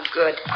good